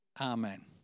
Amen